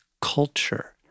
culture